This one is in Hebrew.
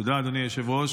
תודה, אדוני היושב-ראש.